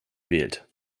wählt